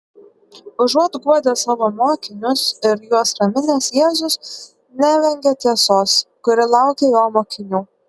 užuot guodęs savo mokinius ir juos raminęs jėzus nevengia tiesos kuri laukia jo mokinių